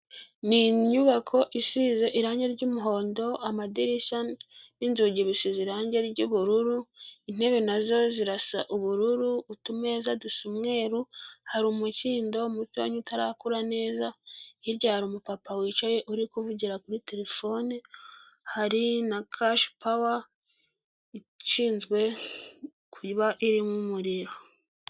Ni inyubako isize irangi ry'umuhondo amadirishya n'inzugi bisize irangi ry'ubururu intebe nazo zirasa ubururu utumeza dusa umweru hari umukindo mutoya nyine utarakura neza hirya hari umupapa wicaye uri kuvugira kuri telefone hari na cash powers ihinzwe kubamo umuriro.